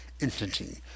entity